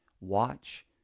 Watch